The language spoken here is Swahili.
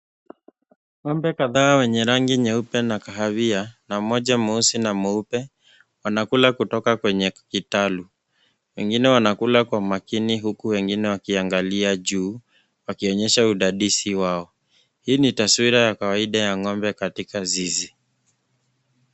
Ngombe kadhaa wenye rangi nyeupe na kahawia na mmoja mweusi na mweupe, wanakula kutoka kwenye kitalu. Wengine wanakula kwa makini huku wengine wakiangalia juu wakionyesha udadisi wao, hii ni taswira ya kawaida ya ngombe katika zizi.